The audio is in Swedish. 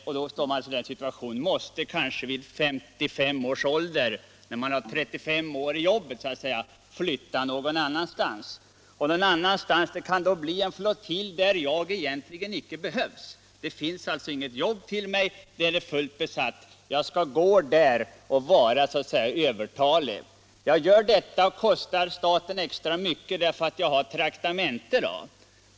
Man står då i den situationen att vid kanske 55 års ålder, med 35 år i tjänsten, flytta någon annanstans. Detta kan bli till en flottilj där man egentligen inte behövs. Det finns inget jobb där, eftersom flottiljen är fullt besatt. Man skall gå där och vara övertalig. Detta kostar staten extra mycket därför att man har traktamente.